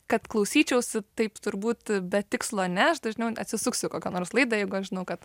kad klausyčiausi taip turbūt be tikslo ne aš dažniau atsisuksiu kokią nors laidą jeigu aš žinau kad